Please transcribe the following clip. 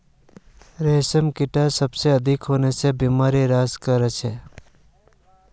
रेशमकीटत सबसे अधिक होने वला बीमारि ग्रासरी मस्कार्डिन आर फ्लैचेरी छे